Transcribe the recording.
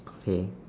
okay